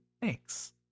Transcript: thanks